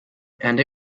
and